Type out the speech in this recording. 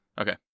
Okay